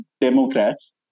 Democrats